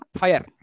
fire